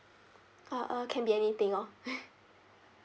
ah uh can be anything lor